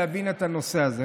להבין את הנושא הזה.